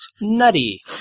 Nutty